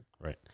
Right